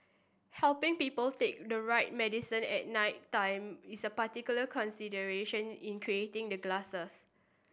helping people take the right medicine at night time is a particular consideration in creating the glasses